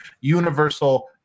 universal